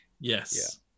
Yes